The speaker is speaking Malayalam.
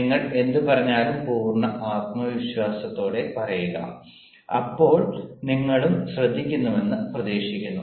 നിങ്ങൾ എന്ത് പറഞ്ഞാലും പൂർണ്ണ ആത്മവിശ്വാസത്തോടെ പറയുക അപ്പോൾ നിങ്ങളും ശ്രദ്ധിക്കുമെന്ന് പ്രതീക്ഷിക്കുന്നു